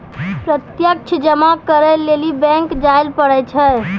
प्रत्यक्ष जमा करै लेली बैंक जायल पड़ै छै